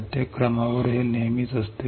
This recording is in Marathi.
प्रत्येक पायरीनंतर हे नेहमीच असते